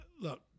Look